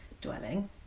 dwelling